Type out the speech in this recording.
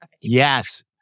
Yes